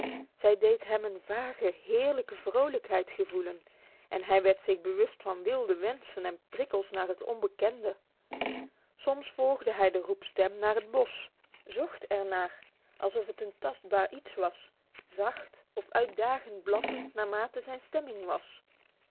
zij deed hem een vage heerlijke vrolijkheid gevoelen en hij werd zich bewust van wilde wensen en prikkels naar het onbekende soms volgde hij de roepstem naar het bos zocht er naar alsof het een tastbaar iets was zacht of uitdagend blaffend al naar zijn stemming was